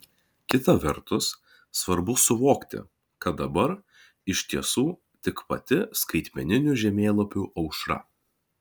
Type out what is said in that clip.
kita vertus svarbu suvokti kad dabar iš tiesų tik pati skaitmeninių žemėlapių aušra